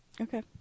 Okay